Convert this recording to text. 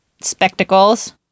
spectacles